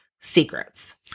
secrets